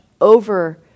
over